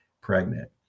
pregnant